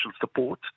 support